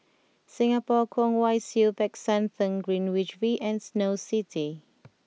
Singapore Kwong Wai Siew Peck San Theng Greenwich V and Snow City